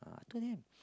I told them